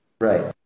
right